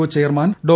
O chairman Dr